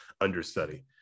understudy